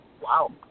Wow